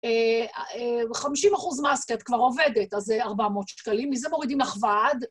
חמשים אחוז מס כי את כבר עובדת, אז זה ארבע מאות שקלים, מזה מורידים לך וועד.